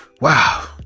Wow